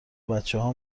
بچهها